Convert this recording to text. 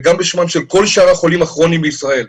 וגם בשמם של כל שאר החולים הכרוניים בישראל.